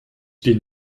bin